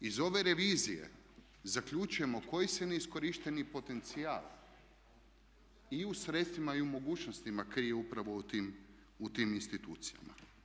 Iz ove revizije zaključujemo koji se neiskorišteni potencijal i u sredstvima i u mogućnostima krije upravo u tim institucijama.